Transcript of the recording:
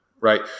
right